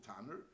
tanner